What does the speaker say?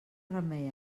remei